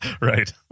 Right